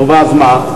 נו, ואז מה?